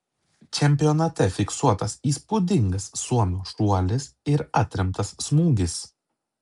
čempionate fiksuotas įspūdingas suomio šuolis ir atremtas smūgis